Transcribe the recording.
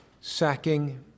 sacking